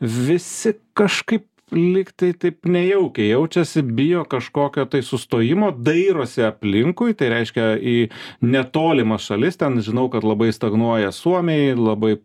visi kažkaip lygtai taip nejaukiai jaučiasi bijo kažkokio tai sustojimo dairosi aplinkui tai reiškia į netolimas šalis ten žinau kad labai stagnuoja suomiai labai